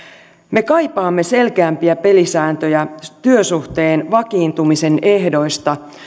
me kaipaamme selkeämpiä pelisääntöjä työsuhteen vakiintumisen ehdoista